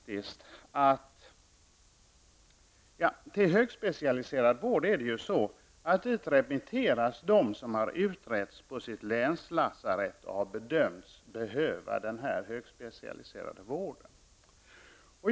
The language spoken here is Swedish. Till högspecialiserad vård remitteras de som har utretts på sitt länslasarett och har bedömts behöva den högspecialiserade vården.